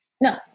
No